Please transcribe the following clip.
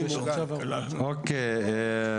אוקיי.